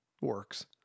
works